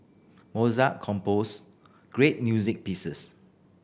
Mozart composed great music pieces